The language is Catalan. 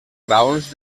raons